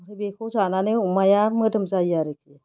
ओमफ्राय बेखौ जानानै अमाया मोदोम जायो आरोखि